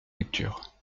lecture